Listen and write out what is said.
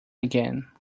again